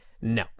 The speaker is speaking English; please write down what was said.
No